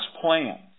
plan